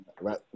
Right